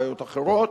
בעיות אחרות,